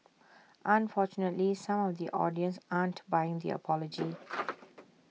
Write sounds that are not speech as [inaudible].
unfortunately some of the audience aren't buying the apology [noise]